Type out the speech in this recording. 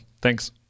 Thanks